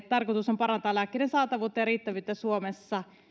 tarkoitus parantaa lääkkeiden saatavuutta ja riittävyyttä suomessa